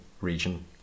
region